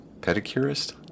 Pedicurist